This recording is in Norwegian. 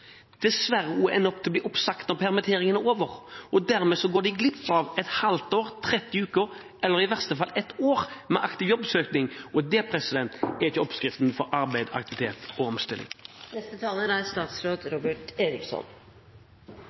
dessverre ender opp med å bli oppsagt når permitteringen er over, og dermed går glipp av et halvt år, 30 uker eller i verste fall ett år med aktiv jobbsøking. Det er ikke oppskriften på arbeid, aktivitet og omstilling.